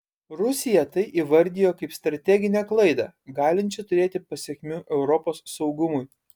rusija tai įvardijo kaip strateginę klaidą galinčią turėti pasekmių europos saugumui